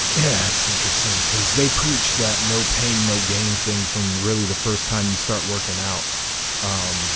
yeah it's interesting because they preach that no pain no gain thing from really the first time you start working out um